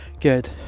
Good